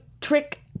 trick